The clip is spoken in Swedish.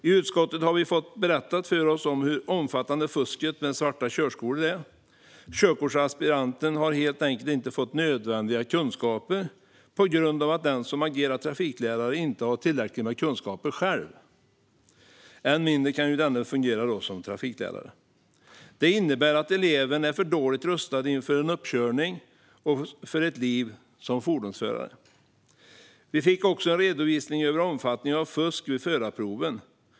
I utskottet har vi fått berättat för oss hur omfattande fusket med svarta körskolor är. Körkortsaspiranten har helt enkelt inte fått nödvändiga kunskaper på grund av att den som agerar trafiklärare själv inte har tillräckligt med kunskaper för att fungera som lärare. Det innebär att eleven är för dåligt rustad inför en uppkörning och ett liv som fordonsförare. Vi fick också en redovisning av omfattningen av fusk vid förarproven.